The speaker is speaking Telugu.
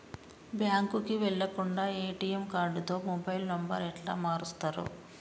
బ్యాంకుకి వెళ్లకుండా ఎ.టి.ఎమ్ కార్డుతో మొబైల్ నంబర్ ఎట్ల మారుస్తరు?